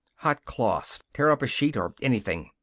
hot cloths! tear up a sheet or anything!